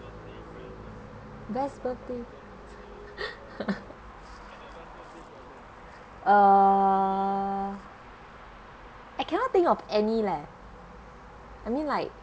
best birthday uh I cannot think of any leh I mean like